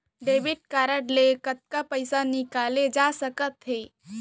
Debit card ले कतका पइसा निकाले जाथे सकत हे?